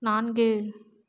நான்கு